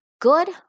good